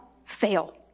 fail